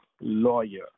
lawyer